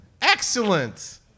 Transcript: Excellent